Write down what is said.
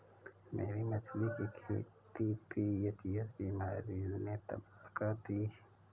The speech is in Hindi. मेरी मछली की खेती वी.एच.एस बीमारी ने तबाह कर दी